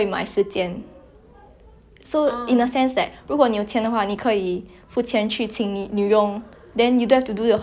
then you don't have to do the household chores yourself then you can use that time to do other stuff you know like then 如果你有钱的话你可以买车